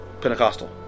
Pentecostal